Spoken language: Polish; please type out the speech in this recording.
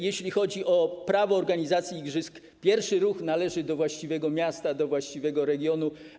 Jeśli chodzi o prawo do organizacji igrzysk, pierwszy ruch należy do właściwego miasta, właściwego regionu.